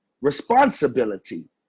responsibility